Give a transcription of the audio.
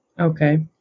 Okay